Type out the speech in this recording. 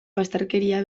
bazterkeria